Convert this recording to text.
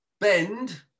bend